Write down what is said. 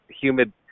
humid